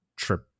Trip